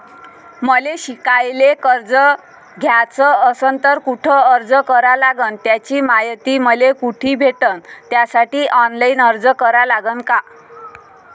मले शिकायले कर्ज घ्याच असन तर कुठ अर्ज करा लागन त्याची मायती मले कुठी भेटन त्यासाठी ऑनलाईन अर्ज करा लागन का?